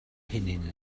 hunain